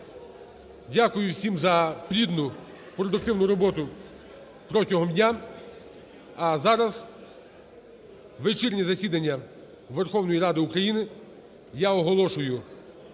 Дякую всім за плідну, продуктивну роботу протягом дня. А зараз вечірнє засідання Верховної Ради України я оголошую